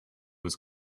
was